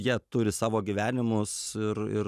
jie turi savo gyvenimus ir ir